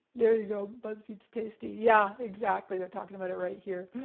there you go, buzzfeed's tasty. yeah, exactly, they're talking about it right here.